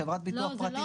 חברת ביטוח פרטית